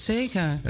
Zeker